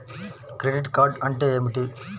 Credit card అంటే ఏమిటి?